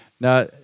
Now